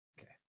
Okay